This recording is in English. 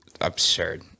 absurd